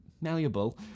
malleable